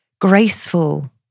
graceful